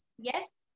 Yes